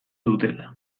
dutela